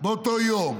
באותו יום?